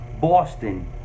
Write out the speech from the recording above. Boston